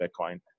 Bitcoin